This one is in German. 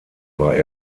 war